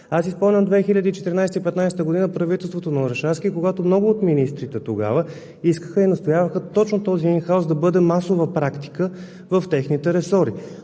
през 2014 – 2015 г. правителството на Орешарски, когато много от министрите тогава искаха и настояваха точно този инхаус да бъде масова практика в техните ресори.